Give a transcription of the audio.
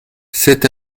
sept